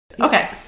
okay